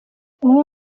umwe